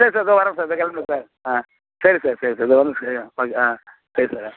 சரி சார் இதோ வர்றேன் சார் இப்போ கிளம்பிடுவேன் சார் ஆ சரி சார் சரி சார் இதோ ஒரு நிமிஷம் சார் ஆ சரி சார்